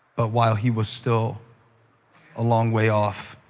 but while he was still a long way off,